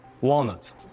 Walnuts